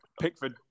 Pickford